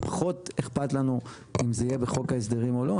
פחות אכפת לנו אם זה יהיה בחוק ההסדרים או לא.